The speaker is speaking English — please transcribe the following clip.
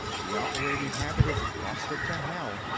the operating habit is busted to hell.